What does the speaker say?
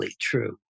true